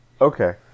Okay